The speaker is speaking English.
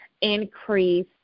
increase